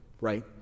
right